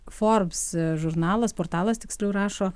forbes žurnalas portalas tiksliau rašo